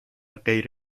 غیر